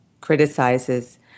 criticizes